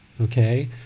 okay